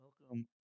Welcome